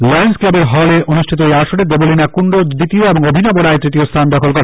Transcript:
Lions ক্লাবের hall এ অনুষ্ঠিত এই আসরে দেবলীনা কুন্ডু দ্বিতীয় ও অভিনব রায় তৃতীয় স্থান দখল করে